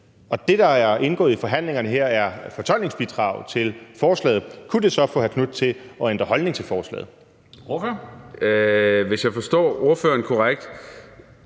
og det, der har indgået i forhandlingerne her, er fortolkningsbidraget til forslaget – kunne det så få hr. Marcus Knuth til selv at ændre holdning til forslaget? Kl. 20:17 Formanden (Henrik